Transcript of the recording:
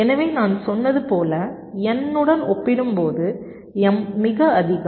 எனவே நான் சொன்னது போல n உடன் ஒப்பிடும்போது m மிக அதிகம்